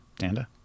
Danda